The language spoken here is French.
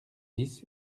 dix